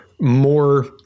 more